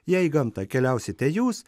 jei į gamtą keliausite jūs